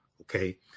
Okay